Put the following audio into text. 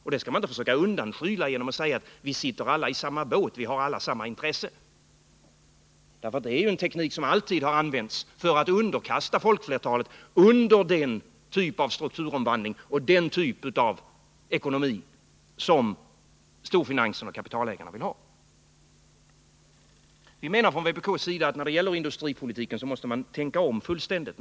Man skall inte försöka undanskymma det genom att säga att vi alla sitter i samma båt och har samma intressen. Det är en teknik som alltid har använts för att underkasta folkflertalet den typ av strukturomvandling och den typ av ekonomi som storfinansen och kapitalägarna vill ha. Vi anser från vpk:s sida att man när det gäller industripolitiken måste tänka om fullständigt.